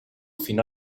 fino